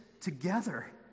together